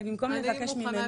במקום לבקש ממנו.